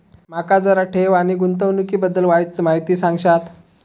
माका जरा ठेव आणि गुंतवणूकी बद्दल वायचं माहिती सांगशात?